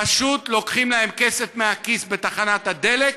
פשוט לוקחים להם כסף מהכיס בתחנת הדלק,